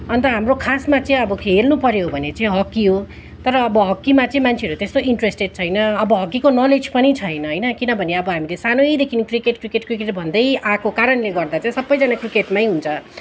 अन्त हाम्रो खासमा चाहिँ अब हेर्नुपऱ्यो भने चाहिँ हक्की हो तर अब हक्कीमा चाहिँ मान्छेहरू त्यस्तो इन्ट्रेस्टेड छैन अब हक्कीको नलेज पनि छैन होइन किनभने अब हामीले सानैदेखि क्रिकेट क्रिकेट क्रिकेट भन्दै आएको कारणले गर्दा चाहिँ सबैजना क्रिकेटमै हुन्छ